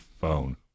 phone